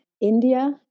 India